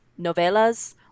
novelas